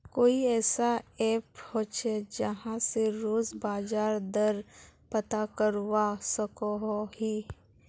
कोई ऐसा ऐप होचे जहा से रोज बाजार दर पता करवा सकोहो ही?